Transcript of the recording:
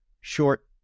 short